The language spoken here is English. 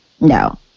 no